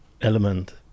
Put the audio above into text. element